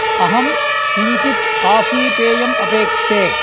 अहं किञ्चित् काफ़ी पेयम् अपेक्षे